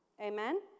Amen